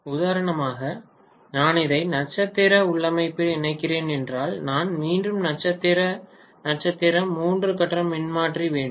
உதாரணமாக நான் இதை நட்சத்திர நட்சத்திர உள்ளமைவில் இணைக்கிறேன் என்றால் நான் மீண்டும் நட்சத்திர நட்சத்திர மூன்று கட்ட மின்மாற்றிக்கு வேண்டும்